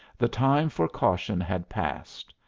the time for caution had passed,